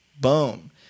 Boom